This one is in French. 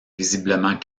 visiblement